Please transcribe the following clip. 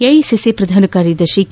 AICC ಪ್ರಧಾನ ಕಾರ್ಯದರ್ಶಿ K